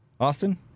Austin